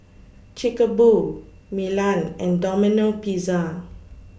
Chic A Boo Milan and Domino Pizza